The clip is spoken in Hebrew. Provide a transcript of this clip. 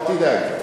אל תדאג.